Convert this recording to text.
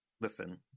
Listen